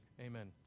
Amen